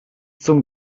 zum